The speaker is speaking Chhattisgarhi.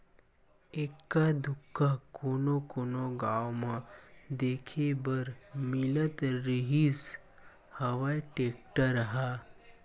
एक्का दूक्का कोनो कोनो गाँव म देखे बर मिलत रिहिस हवय टेक्टर ह